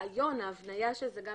הרעיון, ההפניה של זה גם